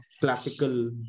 classical